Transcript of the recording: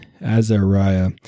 Azariah